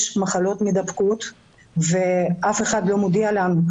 יש מחלות מדבקות ואף אחד לא מודיע לנו על כך.